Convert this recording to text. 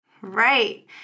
Right